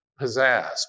pizzazz